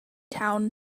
town